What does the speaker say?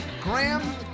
Graham